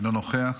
אינו נוכח,